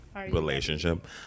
relationship